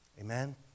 Amen